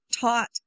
taught